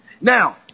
Now